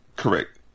correct